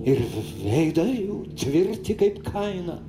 ir veidai jų tvirti kaip kaina